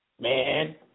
Man